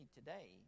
today